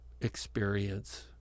experience